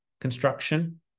construction